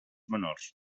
menors